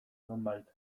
nonbait